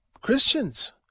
Christians